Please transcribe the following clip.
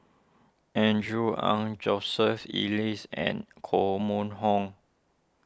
Andrew Ang Joseph Elias and Koh Mun Hong